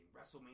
WrestleMania